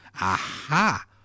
Aha